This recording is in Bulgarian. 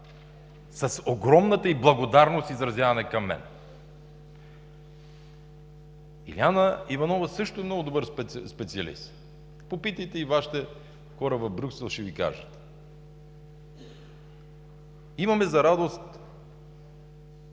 С огромната й благодарност, изразявана към мен. Илиана Иванова е също много добър специалист. Попитайте и Вашите хора в Брюксел – ще Ви кажат. Имаме за радост